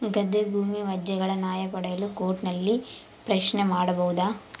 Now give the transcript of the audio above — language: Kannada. ಗದ್ದೆ ಭೂಮಿ ವ್ಯಾಜ್ಯಗಳ ನ್ಯಾಯ ಪಡೆಯಲು ಕೋರ್ಟ್ ನಲ್ಲಿ ಪ್ರಶ್ನೆ ಮಾಡಬಹುದಾ?